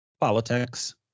Politics